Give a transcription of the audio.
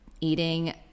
eating